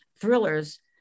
thrillers